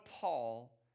Paul